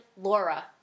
Laura